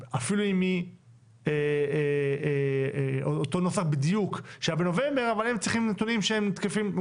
אפילו עם אותו נוסח בדיוק שהיה בנובמבר אבל הם צריכים נתונים שהם תקפים,